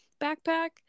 backpack